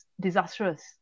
disastrous